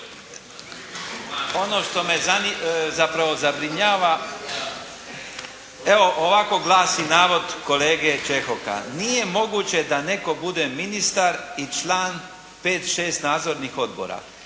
Ono što me zanima, zapravo zabrinjava, evo ovako glasi navod kolege Čehoka: "Nije moguće da netko bude ministar i član 5, 6, nadzornih odbora.",